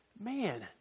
man